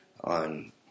on